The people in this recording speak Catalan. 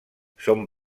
són